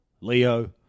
Leo